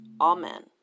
Amen